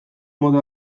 mota